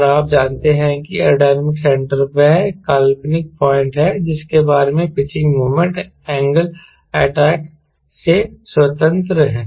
और आप जानते हैं कि एरोडायनामिक सेंटर वह काल्पनिक पॉइंट है जिसके बारे में पिचिंग मोमेंट अटैक के एंगल से स्वतंत्र है